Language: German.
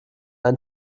ein